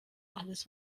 alles